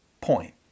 point